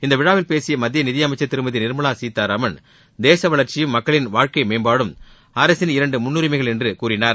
இந்த விழாவில் பேசிய மத்திய நிதியமைச்சர் திருமதி நிர்மலா கீதாராமன் தேச வளர்ச்சியும் மக்களின் வாழ்க்கை மேம்பாடும் அரசின் இரண்டு முன்னுரிமைகள் என்று கூறினார்